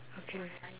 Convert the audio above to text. okay